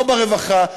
לא ברווחה,